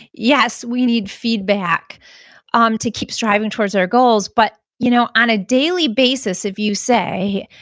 yes, we need feedback um to keep striving towards our goals. but you know on a daily basis, if you say,